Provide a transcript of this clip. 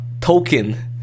Token